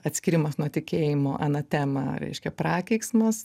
atskyrimas nuo tikėjimo anatema reiškia prakeiksmas